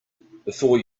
before